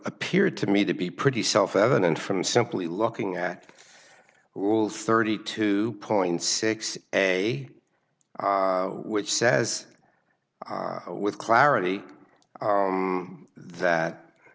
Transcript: appeared to me to be pretty self evident from simply looking at rules thirty two point six a which says with clarity that